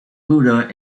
buddha